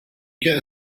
get